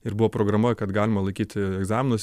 ir buvo programa kad galima laikyti egzaminus